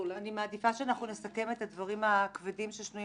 אני מעדיפה שנסכם את הדברים הכבדים ששנויים